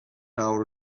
nawr